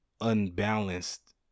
unbalanced